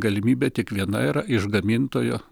galimybė tik viena yra iš gamintojo